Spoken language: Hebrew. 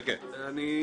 כן, כן.